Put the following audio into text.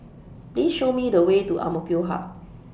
Please Show Me The Way to Amk Hub